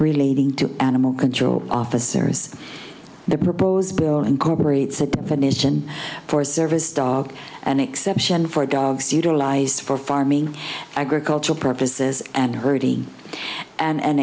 relating to animal control officers the proposed bill incorporates a permission for service dog an exception for dogs utilized for farming agricultural purposes and hurty and